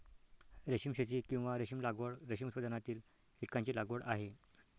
रेशीम शेती, किंवा रेशीम लागवड, रेशीम उत्पादनातील कीटकांची लागवड आहे